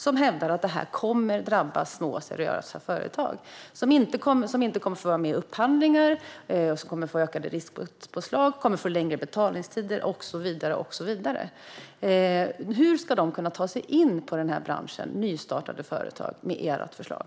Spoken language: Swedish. De hävdar att det här kommer att drabba små seriösa företag, som inte kommer att få vara med i upphandlingar och som kommer att få ökade riskpåslag, längre betaltider och så vidare. Hur ska nystartade seriösa företag kunna ta sig in i den här branschen med ert förslag?